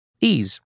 Ease